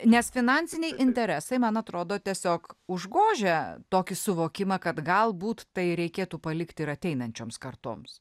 nes finansiniai interesai man atrodo tiesiog užgožia tokį suvokimą kad galbūt tai reikėtų palikti ir ateinančioms kartoms